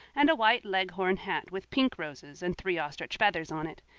and a white leghorn hat with pink roses and three ostrich feathers on it.